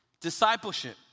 Discipleship